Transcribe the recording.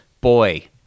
boy